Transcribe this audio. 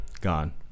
gone